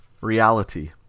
Reality